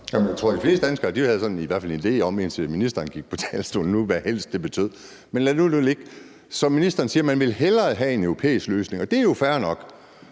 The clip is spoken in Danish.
Jeg tror, de fleste danskere havde i hvert fald en idé om, indtil ministeren gik på talerstolen, hvad »helst« betød. Med men lad nu det ligge. Som ministeren siger: Man vil hellere have en europæisk løsning, og det er jo fair nok.